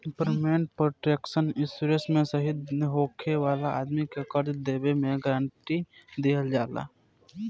payment protection insurance से शहीद होखे वाला आदमी के कर्जा देबे के गारंटी दीहल जाला